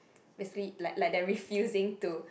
basically like like they are refusing to